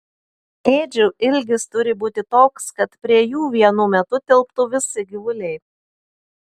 ėdžių ilgis turi būti toks kad prie jų vienu metu tilptų visi gyvuliai